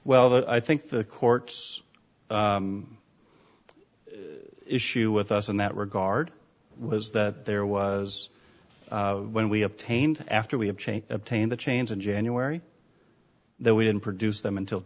that i think the courts issue with us in that regard was that there was when we obtained after we have changed obtained the change in january that we didn't produce them until